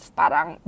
parang